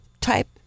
type